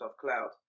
Cloud